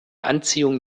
anziehung